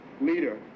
leader